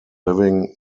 living